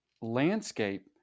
landscape